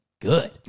good